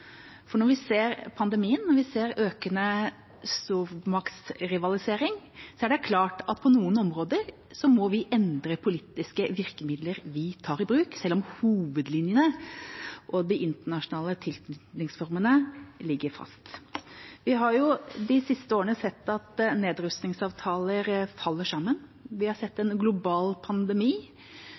Når vi ser pandemien, når vi ser økende stormaktsrivalisering, er det klart at på noen områder må vi endre de politiske virkemidlene vi tar i bruk, selv om hovedlinjene og de internasjonale tilknytningsformene ligger fast. Vi har de siste årene sett at nedrustningsavtaler faller sammen, vi har sett en global pandemi,